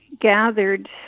gathered